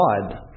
God